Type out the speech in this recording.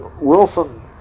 Wilson